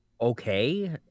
okay